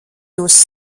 jūs